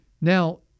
Now